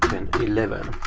and eleven.